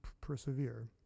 persevere